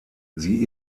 sie